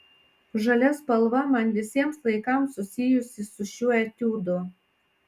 žalia spalva man visiems laikams susijusi su šiuo etiudu